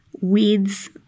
weeds